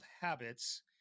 habits